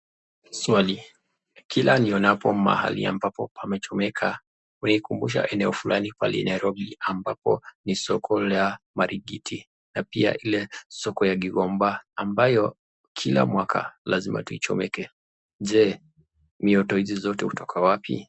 Swapj? Kila nionapoa mahali ambapo pamechomeka wanakumbusha eneo Fulani pale Nairobi ambapo ni soko la maringiti na pia Ile soko ya kikomba, ambayo Kila mwaka lazima ichomeke, jee ni utosoji kutoka wapi?